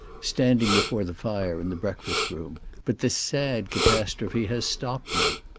standing before the fire in the breakfast-room, but this sad catastrophe has stopped me.